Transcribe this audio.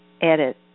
edit